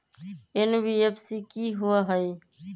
NBFC कि होअ हई?